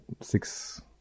six